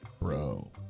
Bro